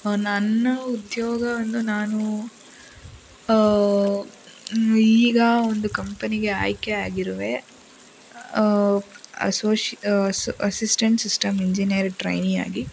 ನನ್ನ ಉದ್ಯೋಗವನ್ನು ನಾನು ಈಗ ಒಂದು ಕಂಪನಿಗೆ ಆಯ್ಕೆ ಆಗಿರುವೆ ಅಸೋಶಿ ಅಸಿಸ್ಟೆಂಟ್ ಸಿಸ್ಟಮ್ ಇಂಜಿನಿಯರ್ ಟ್ರೈನಿ ಆಗಿ